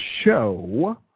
show